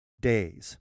days